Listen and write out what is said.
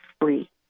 free